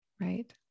right